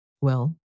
Well